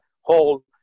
whole